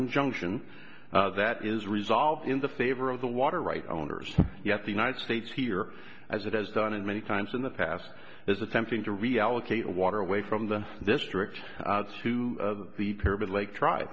injunction that is resolved in the favor of the water right owners yet the united states here as it has done it many times in the past is attempting to reallocate water away from the district to the pyramid lake tr